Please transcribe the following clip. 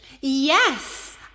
Yes